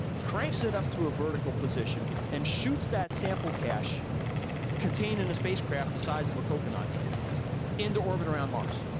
cranks it up to a vertical position, and shoots that sample cache contained in a spacecraft the size of a coconut into orbit around mars.